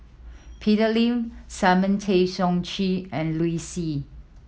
Peter Lee Simon Tay Seong Chee and Liu Si